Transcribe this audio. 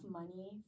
money